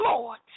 Lord